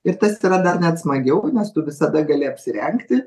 ir tas yra dar net smagiau nes tu visada gali apsirengti